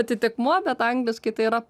atitikmuo bet angliškai tai yra